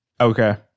Okay